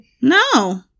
No